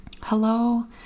Hello